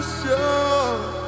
show